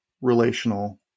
relational